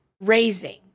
raising